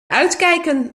uitkijken